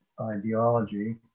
ideology